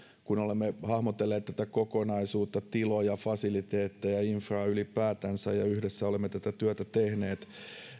kun olemme hahmotelleet tätä kokonaisuutta tiloja fasiliteetteja infraa ylipäätänsä ja yhdessä olemme tätä työtä tehneet